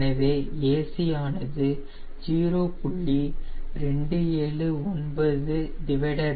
எனவே AC ஆனது 0